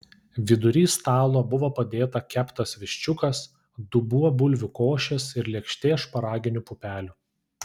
vidury stalo buvo padėta keptas viščiukas dubuo bulvių košės ir lėkštė šparaginių pupelių